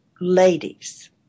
ladies